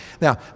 Now